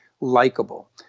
likable